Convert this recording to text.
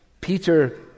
Peter